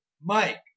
Mike